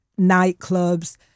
nightclubs